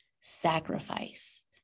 sacrifice